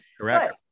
Correct